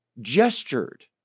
Gestured